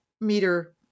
meter